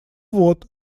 вот